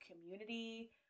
community